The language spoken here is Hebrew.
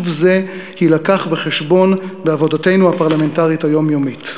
זה יילקח בחשבון בעבודתנו הפרלמנטרית היומיומית.